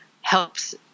helps